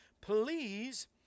please